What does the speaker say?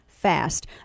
fast